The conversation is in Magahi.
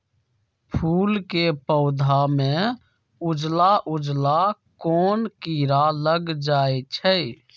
फूल के पौधा में उजला उजला कोन किरा लग जई छइ?